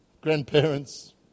grandparents